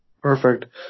Perfect